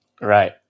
Right